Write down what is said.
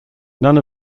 none